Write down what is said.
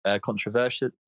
controversial